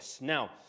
Now